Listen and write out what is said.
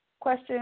Question